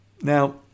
Now